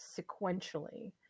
sequentially